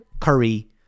Curry